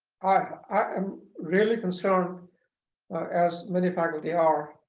i'm really concerned as many faculty are